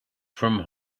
from